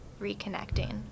reconnecting